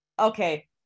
okay